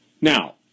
Now